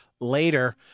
later